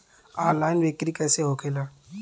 Online बिक्री कैसे होखेला?